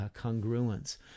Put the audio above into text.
congruence